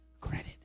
credit